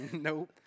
Nope